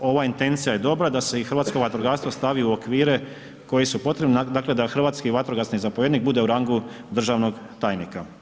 ova intencija je dobra da se i hrvatsko vatrogastvo stavi u okvire koji su potrebni, dakle da hrvatski vatrogasni zapovjednik bude u rangu državnog tajnika.